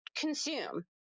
consume